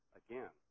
again